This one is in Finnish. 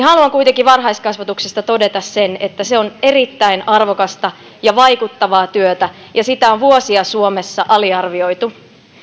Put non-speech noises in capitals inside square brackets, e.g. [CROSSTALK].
[UNINTELLIGIBLE] haluan kuitenkin varhaiskasvatuksesta todeta sen että se on erittäin arvokasta ja vaikuttavaa työtä ja sitä on vuosia suomessa aliarvioitu